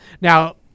now